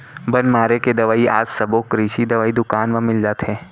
बन मारे के दवई आज सबो कृषि दवई दुकान म मिल जाथे